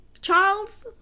Charles